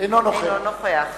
- אינו נוכח